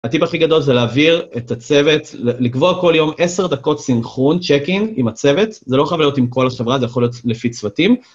הטיפ הכי גדול זה להעביר את הצוות... לקבוע כל יום 10 דקות סינכרון, צ'ק-אין עם הצוות, זה לא חייב להיות עם כל החברה, זה יכול להיות לפי צוותים...